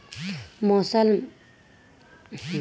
मौसम अलर्ट से हमें कुदरती आफत के बारे में पता चलता है